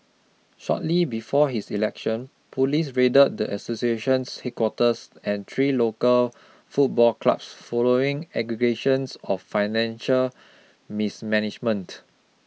shortly before his election police raided the association's headquarters and three local football clubs following allegations of financial mismanagement